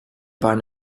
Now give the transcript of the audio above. bahn